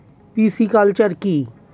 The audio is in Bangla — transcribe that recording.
পিসিকালচার কি?